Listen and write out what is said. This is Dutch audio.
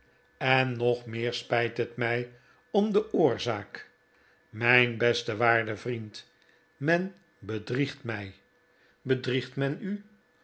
en nog meer spijt het mij om de bor aak mijn beste waarde vriend men bedriegt mij bedriegt men u